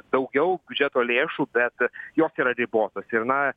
daugiau biudžeto lėšų bet jos yra ribotos ir na